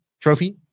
trophy